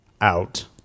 Out